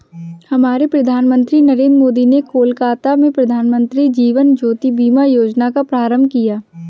हमारे प्रधानमंत्री नरेंद्र मोदी ने कोलकाता में प्रधानमंत्री जीवन ज्योति बीमा योजना का प्रारंभ किया